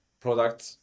product